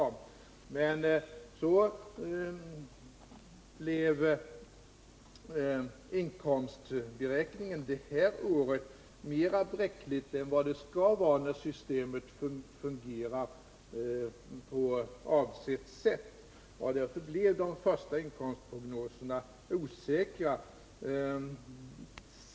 Men härtill kommer att inkomstberäkningen under det här året blev bräckligare än vad den skall vara när systemet fungerar så som avsetts. Därför blev också de första inkomstprognoserna osäkra.